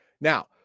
Now